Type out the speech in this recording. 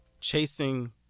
chasing